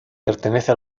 pertenece